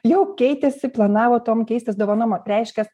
jau keitėsi planavo tom keistis dovanom reiškias